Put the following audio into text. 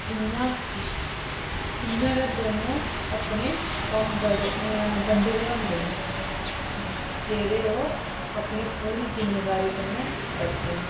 इ'यां इं'या गै दौनों अपने कम्म बंडे दे होंदे न जेह्ड़े ओह् अपनी पूरी जिम्मेदारी कन्नै करदे न